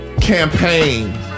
campaign